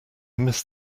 missed